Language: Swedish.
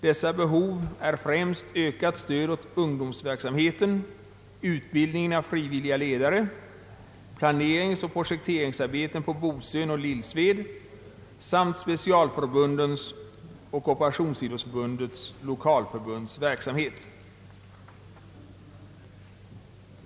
Dessa behov är främst ökat stöd åt ungdomsverksamheten, åt utbildningen av frivilliga ledare, åt planeringsoch projekteringsarbeten på Bosön och Lillsved samt åt specialförbundens och Korporationsidrottsförbundets lokalförbunds verksamhet.